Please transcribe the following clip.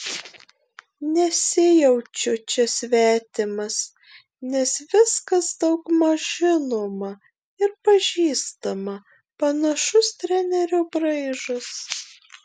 nesijaučiu čia svetimas nes viskas daugmaž žinoma ir pažįstama panašus trenerio braižas